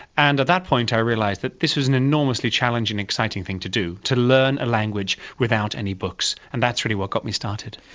and at that point i realised that this was an enormously challenging and exciting thing to do, to learn a language without any books. and that's really what got me started.